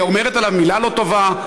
אומרת עליו מילה לא טובה?